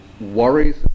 worries